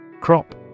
Crop